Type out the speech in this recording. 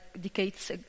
decades